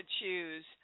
choose